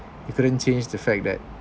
you couldn't change the fact that